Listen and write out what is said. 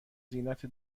زینت